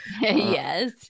Yes